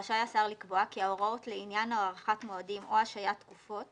רשאי השר לקבוע כי ההוראות לעניין הארכת מועדים או השהיית תקופות